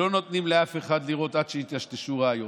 לא נותנים לאף אחד לראות עד שיטשטשו ראיות.